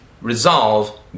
resolve